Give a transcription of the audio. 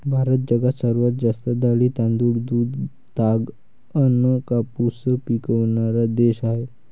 भारत जगात सर्वात जास्त डाळी, तांदूळ, दूध, ताग अन कापूस पिकवनारा देश हाय